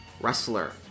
wrestler